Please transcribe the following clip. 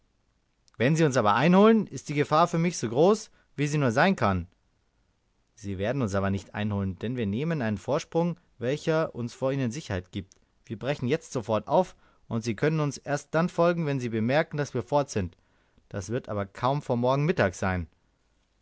wenn sie uns aber einholen ist die gefahr für mich so groß wie sie nur sein kann sie werden uns aber nicht einholen denn wir nehmen einen vorsprung welcher uns vor ihnen sicherheit gibt wir brechen jetzt sofort auf und sie können uns erst dann folgen wenn sie bemerken daß wir fort sind das wird aber kaum vor morgen mittag sein